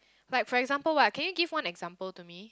like for example what can you give one example to me